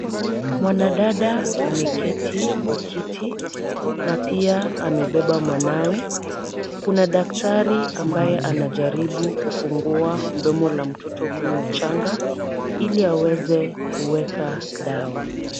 Mwanadada ameketi kwa kiti na pia amebeba mwanawe, kuna daktari ambaye anajaribu kufungua mdomo la mtoto huyu mchanga ili aweze kuweka dawa.